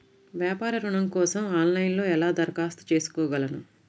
వ్యాపార ఋణం కోసం ఆన్లైన్లో ఎలా దరఖాస్తు చేసుకోగలను?